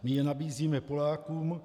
My je nabízíme Polákům.